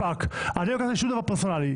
אני לא לוקח את זה פרסונלי.